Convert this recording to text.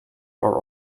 are